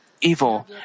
evil